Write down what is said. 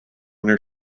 their